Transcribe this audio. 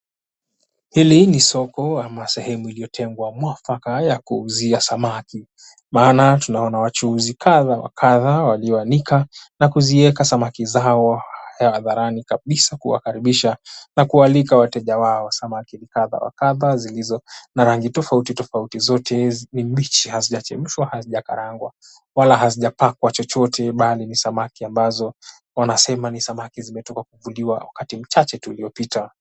Hili ni soko ama sehemu iliyotengwa mwafaka ya kuuzia samaki maana tunaona wachuuzi kadha wa kadha walioanika na kuzieka samaki zao hadharani kabisa kuwakaribisha na kuwaalika wateja wao, samaki ni kadha wa kadha zilizo na rangi tofauti tofauti zote ni mbichi hazijachemshwa hazijakarangwa wala hazijapakwa chochote bali ni samaki ambazo wanasema ni samaki zimetoka kuvuliwa wakati mchache tu uliopita.